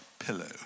pillow